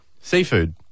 Seafood